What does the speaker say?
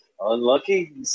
Unlucky